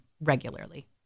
regularly